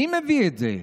מי מביא את זה?